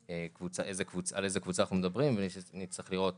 על איזו קבוצה אנחנו מדברים ובהקשר הזה צריך לראות